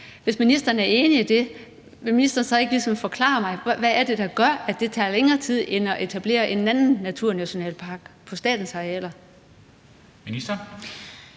Hvis ministeren er enig i det, vil ministeren så ikke forklare mig, hvad det er, der gør, at det tager længere tid end at etablere en naturnationalpark på statens arealer?